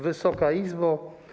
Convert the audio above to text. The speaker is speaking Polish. Wysoka Izbo!